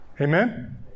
amen